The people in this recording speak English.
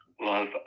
Love